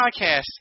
podcast